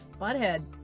butthead